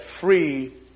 free